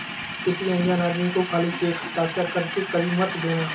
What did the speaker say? किसी अनजान आदमी को खाली चेक हस्ताक्षर कर के कभी मत देना